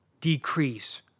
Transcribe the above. decrease